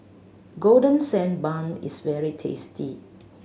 Golden Sand Bun is very tasty